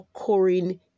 occurring